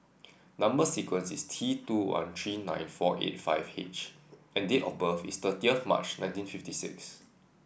number sequence is T two one three nine four eight five H and date of birth is thirtieth March nineteen fifty six